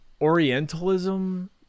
Orientalism